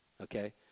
Okay